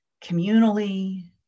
communally